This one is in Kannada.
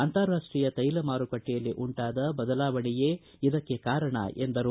ಅಂತಾರಾಷ್ಟೀಯ ತೈಲ ಮಾರುಕಟ್ಟೆಯಲ್ಲಿ ಉಂಟಾದ ಬದಲಾವಣೆಯೇ ಇದಕ್ಕೆ ಕಾರಣ ಎಂದರು